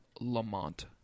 Lamont